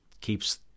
keeps